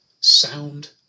sound